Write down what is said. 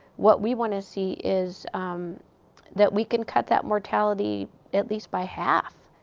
what we want to see is that we can cut that mortality at least by half,